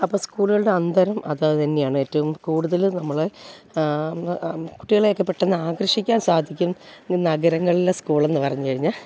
അപ്പോള് സ്കൂളുകളുടെ അന്തരം അത് തന്നെയാണ് ഏറ്റവും കൂടുതല് നമ്മള് കുട്ടികളെയൊക്കെ പെട്ടെന്നാകർഷിക്കാന് സാധിക്കും ഈ നഗരങ്ങളിലെ സ്കൂളെന്ന് പറഞ്ഞുകഴിഞ്ഞാല്